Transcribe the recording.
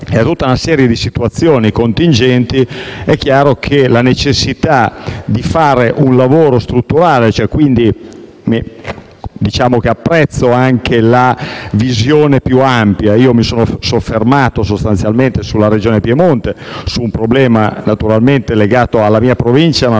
e a tutta una serie di situazioni contingenti, è chiara la necessità di fare un lavoro strutturale. E diciamo che io apprezzo anche la visione più ampia. Io mi sono soffermato sostanzialmente sulla regione Piemonte, su un problema legato alla mia provincia ma,